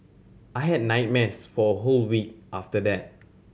I had nightmares for a whole week after that